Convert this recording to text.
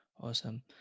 awesome